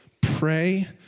Pray